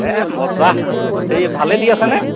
এই মজ্জা এই ভালেই দি আছেনে